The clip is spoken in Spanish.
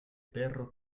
perro